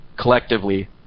collectively